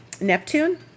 Neptune